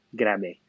grabe